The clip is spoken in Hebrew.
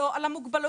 לא על המוגבלויות,